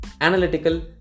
analytical